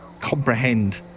comprehend